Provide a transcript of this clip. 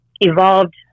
evolved